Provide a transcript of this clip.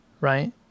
right